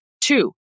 Two